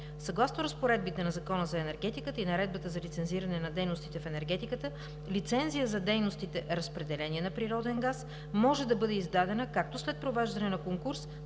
Съгласно разпоредбите на Закона за енергетиката и Наредбата за лицензиране на дейностите в енергетиката лицензия за дейността „разпределение на природен газ“ може да бъде издадена както след провеждане на конкурс,